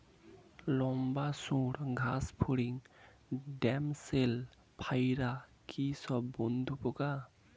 লম্বা সুড় ঘাসফড়িং ড্যামসেল ফ্লাইরা কি সব বন্ধুর পোকা?